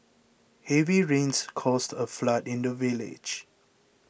heavy rains caused a flood in the village